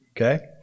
Okay